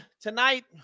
tonight